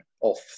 off